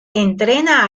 entrena